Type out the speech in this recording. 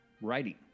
writing